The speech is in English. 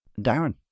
Darren